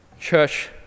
Church